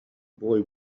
boy